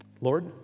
Lord